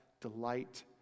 delight